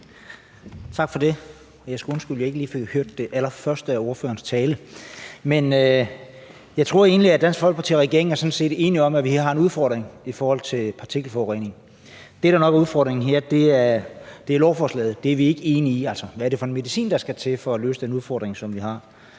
Tak for det. Jeg skal undskylde, at jeg ikke lige fik hørt det allerførste af ordførerens tale. Men jeg tror egentlig, at Dansk Folkeparti og regeringen er enige om, at vi har en udfordring i forhold til partikelforurening. Det, der nok er udfordringen her, er lovforslaget. Det er vi ikke enige i, altså hvad det er for en medicin, der skal til for at løse den udfordring, som vi har.